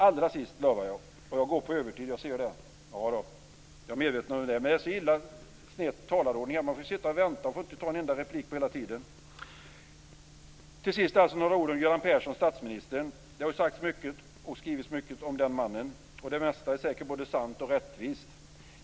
Allra sist några ord om Göran Persson, statsministern: Det har sagts och skrivits mycket om den mannen, och det mesta är säkert både sant och rättvist.